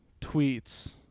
tweets